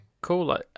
Cool